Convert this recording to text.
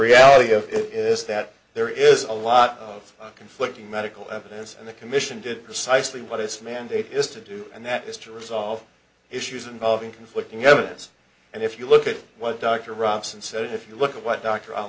reality of it is that there is a lot of conflicting medical evidence and the commission did precisely what its mandate is to do and that is to resolve issues involving conflicting evidence and if you look at what dr roxon said if you look at what dr i'll